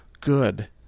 good